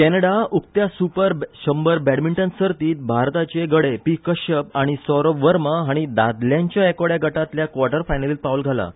कॅनडा उकत्या सुपर शंबर बॅडमिंटन सर्तींत भारताचे गडे पी कश्यप आनी सौरभ वर्मा हांणी दादल्यांच्या एकोड्या गटांतल्या कॉटर फायनलींत पावल घालां